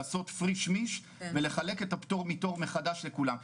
לעשות פרישמיש ולחלק את הפטור מתור מחדש לכולם.